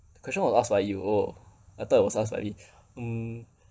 question was asked by you oh I thought was asked by me um